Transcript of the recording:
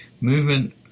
movement